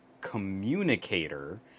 communicator